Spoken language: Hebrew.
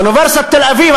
אוניברסיטת תל-אביב,